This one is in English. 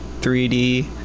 3d